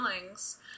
feelings